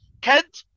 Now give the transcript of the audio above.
Kent